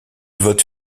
vote